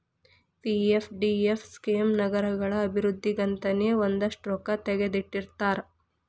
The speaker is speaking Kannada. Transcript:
ಪಿ.ಎಫ್.ಡಿ.ಎಫ್ ಸ್ಕೇಮ್ ನಗರಗಳ ಅಭಿವೃದ್ಧಿಗಂತನೇ ಒಂದಷ್ಟ್ ರೊಕ್ಕಾ ತೆಗದಿಟ್ಟಿರ್ತಾರ